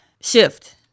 Shift